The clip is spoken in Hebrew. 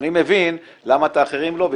אני מבין למה את האחרים לא,